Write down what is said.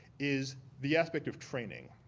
is the aspect of training.